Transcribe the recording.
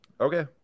Okay